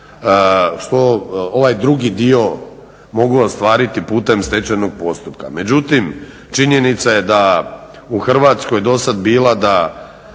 što ovaj drugi dio mogu ostvariti putem stečajnog postupka. Međutim, činjenica je da u Hrvatskoj do sada bila da